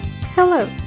Hello